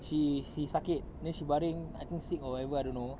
she she sakit then she baring I think sick or whatever I don't know